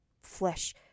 flesh